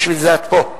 בשביל זה את פה.